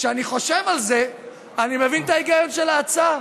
כשאני חושב על זה, אני מבין את ההיגיון של ההצעה,